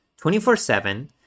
24-7